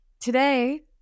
Today